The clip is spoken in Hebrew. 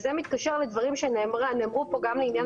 זה מתקשר לדברים שנאמרו פה גם על עניין